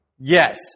yes